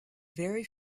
very